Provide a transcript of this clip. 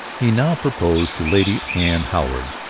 he now proposed to lady anne howard,